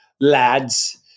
lads